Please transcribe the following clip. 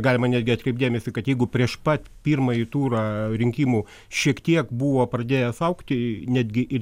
galima netgi atkreipt dėmesį kad jeigu prieš pat pirmąjį turą rinkimų šiek tiek buvo pradėjęs augti netgi ir